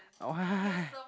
why